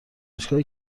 ایستگاه